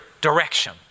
direction